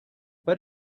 but